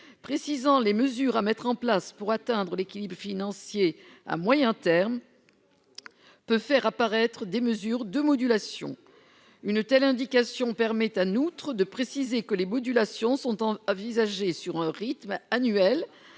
précisant les mesures à mettre en place pour atteindre l'équilibre financier à moyen terme peut faire apparaître des mesures de modulation, une telle indication permet Anne outre de préciser que les modulations son temps envisagé sur un rythme annuel